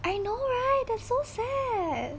I know right that's so sad